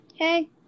Hey